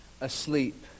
asleep